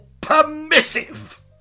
permissive